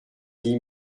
dix